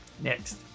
Next